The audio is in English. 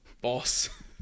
boss